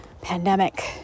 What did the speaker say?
pandemic